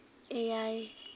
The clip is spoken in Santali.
ᱮᱭᱟᱭ